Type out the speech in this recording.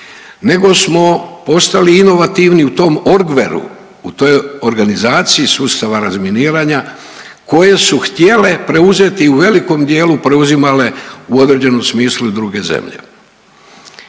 nego smo postali inovativni u tom orgveru, u toj organizaciji sustava razminiranja koje su htjele preuzeti u velikom dijelu preuzimale u određenom smislu i druge zemlje.